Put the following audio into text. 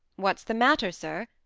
what's the matter, sir?